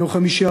ביום חמישי,